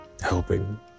helping